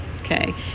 okay